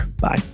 Bye